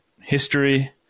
history